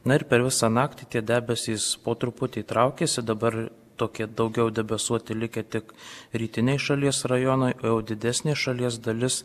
na ir per visą naktį tie debesys po truputį traukiasi dabar tokie daugiau debesuoti likę tik rytiniai šalies rajonai o jau didesnė šalies dalis